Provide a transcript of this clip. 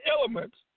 elements